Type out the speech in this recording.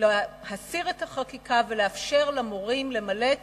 להסיר את החקיקה ולאפשר למורים למלא את